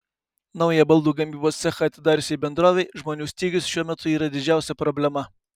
naują baldų gamybos cechą atidariusiai bendrovei žmonių stygius šiuo metu yra didžiausia problema